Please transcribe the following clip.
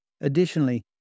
Additionally